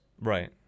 Right